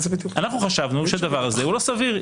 אנחנו חשבנו שהדבר הזה הוא לא סביר,